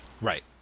Right